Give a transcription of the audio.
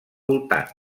voltant